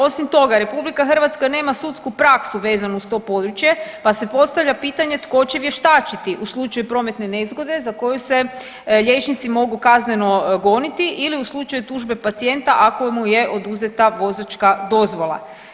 Osim toga, Republika Hrvatska nema sudsku praksu vezanu uz to područje, pa se postavlja pitanje tko će vještačiti u slučaju prometne nezgode za koju se liječnici mogu kazneno goniti ili u slučaju tužbe pacijenta ako mu je oduzeta vozačka dozvola.